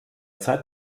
zeit